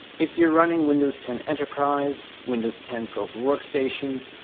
if you're running windows ten enterprise, windows ten pro for workstations,